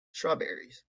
strawberries